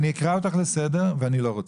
אני אקרא אותך לסדר ואני לא רוצה.